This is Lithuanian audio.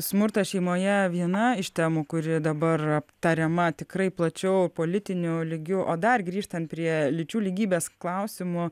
smurtas šeimoje viena iš temų kuri dabar aptariama tikrai plačiau politiniu lygiu o dar grįžtant prie lyčių lygybės klausimo